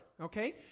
okay